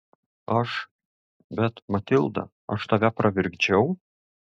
aš bet matilda aš tave pravirkdžiau